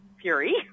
fury